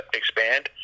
expand